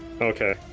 okay